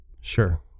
Sure